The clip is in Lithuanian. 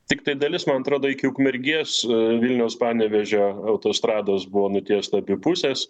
tiktai dalis man atrodo iki ukmergės vilniaus panevėžio autostrados buvo nutiesta abi pusės